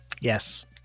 yes